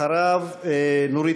אחריו, נורית